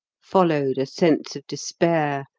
followed a sense of despair,